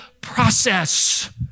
process